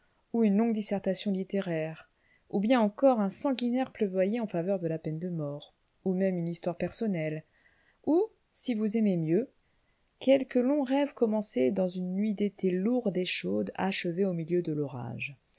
ou une longue dissertation littéraire ou bien encore un sanguinaire plaidoyer en faveur de la peine de mort ou même une histoire personnelle ou si vous aimez mieux quelque long rêve commencé dans une nuit d'été lourde et chaude achevé au milieu de l'orage